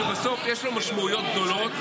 שבסוף יש לו משמעויות גדולות,